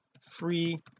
free